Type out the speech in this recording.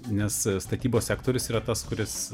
nes statybos sektorius yra tas kuris